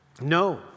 No